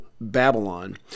Babylon